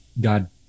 God